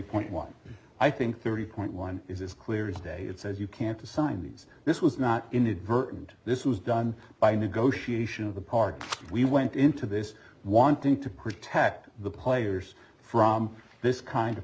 point one i think thirty point one is as clear as day it says you can't assign news this was not inadvertent this was done by negotiation the part we went into this wanting to protect the players from this kind of